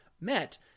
met